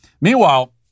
Meanwhile